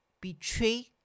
betray